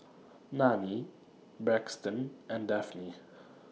Nanie Braxton and Dafne